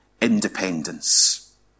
independence